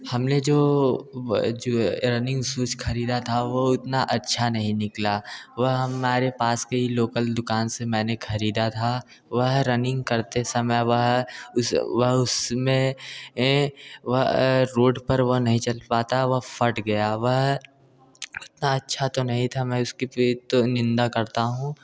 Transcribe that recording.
हम ने जो व जो रनिंग शूज ख़रीदा था वो उतना अच्छा नहीं निकला वह हमारे पास के ही लोकल दुकान से मैंने ख़रीदा था वह रनिंग करते समय वह वह उसमें ये वह रोड पर वह नहीं चल पाता वह फट गया वह उतना अच्छा तो नहीं था मैं उसकी फिर तो निंदा करता हूँ